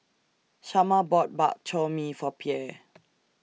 Shamar bought Bak Chor Mee For Pierre